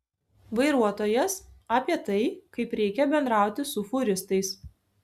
vairuotojas apie tai kaip reikia bendrauti su fūristais